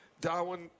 Darwin